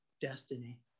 destiny